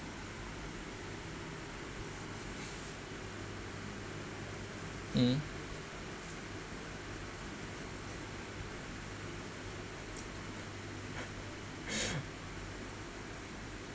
hmm